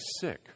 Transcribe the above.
sick